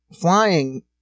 flying